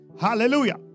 Hallelujah